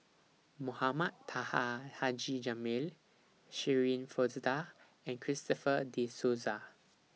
Mohamed Taha Haji Jamil Shirin Fozdar and Christopher De Souza